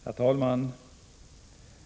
Herr talman!